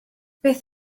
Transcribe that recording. beth